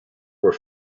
were